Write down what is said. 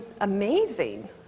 amazing